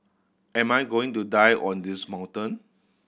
am I going to die on this mountain